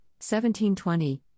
1720